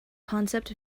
concept